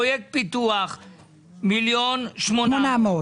פרויקט פיתוח 1.8 מיליון.